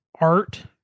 art